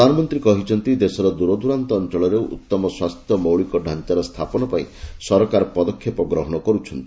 ପ୍ରଧାନମନ୍ତ୍ରୀ କହିଛନ୍ତି ଦେଶର ଦୂରଦରାନ୍ତ ଅଞ୍ଚଳରେ ଉତ୍ତମ ସ୍ୱାସ୍ଥ୍ୟ ମୌଳିକତାଞ୍ଚାର ସ୍ଥାପନ ପାଇଁ ସରକାର ପଦକ୍ଷେପ ଗ୍ରହଣ କରୁଛନ୍ତି